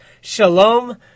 Shalom